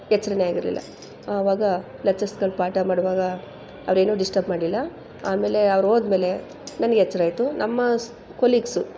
ಎಚ್ಚರನೇ ಆಗಿರಲಿಲ್ಲ ಆವಾಗ ಲೆಕ್ಚರ್ಸ್ಗಳು ಪಾಠ ಮಾಡುವಾಗ ಅವರೇನು ಡಿಸ್ಟಬ್ ಮಾಡಿಲ್ಲ ಆಮೇಲೆ ಅವ್ರು ಹೋದಮೇಲೆ ನನ್ಗೆ ಎಚ್ಚರ ಆಯಿತು ನಮ್ಮ ಕೊಲೀಗ್ಸು